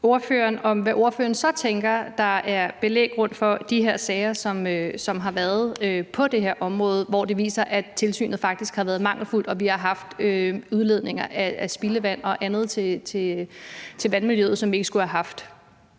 hvad ordføreren så tænker er bevæggrunden for de sager, som har været på det her område, hvor det viser sig, at tilsynet faktisk har været mangelfuldt, og at vi har haft udledninger af spildevand og andet til vandmiljøet, som vi ikke skulle have haft.